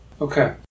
okay